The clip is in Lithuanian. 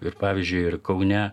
ir pavyzdžiui ir kaune